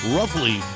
roughly